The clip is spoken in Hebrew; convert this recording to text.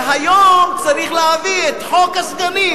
והיום צריך להביא את חוק הסגנים,